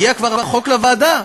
החוק כבר הגיע לוועדה,